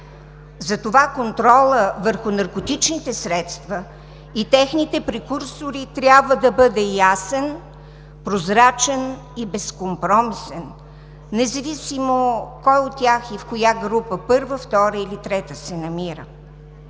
Затова контролът върху наркотичните средства и техните прекурсори трябва да бъде ясен, прозрачен и безкомпромисен, независимо кой от тях и в коя група – първа, втора или трета, се намира.